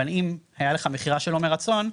אבל אם היה לך מכירה שלא מרצון,